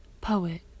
Poet